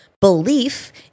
belief